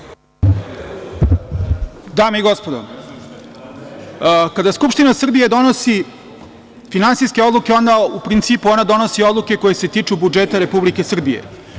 Dame i gospodo, kada Skupština Srbije donosi finansijske odluke, u principu, ona donosi odluke koje se tiču budžeta Republike Srbije.